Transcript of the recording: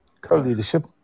Co-leadership